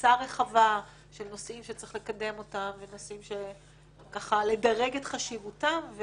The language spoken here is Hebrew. ותפסיה רחבה של נושאים שצריך לקדם אותם ונושאים שצריך לדרג את חשיבותם,